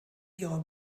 ihrer